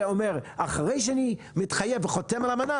שאומרת שאחרי שמתחייבים וחותמים על אמנה